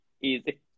easy